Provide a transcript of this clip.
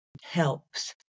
helps